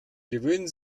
gewöhnen